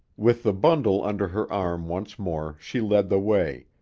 with the bundle under her arm once more she led the way,